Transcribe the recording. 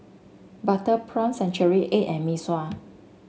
Butter Prawn Century Egg and Mee Sua